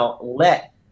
let